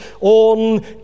on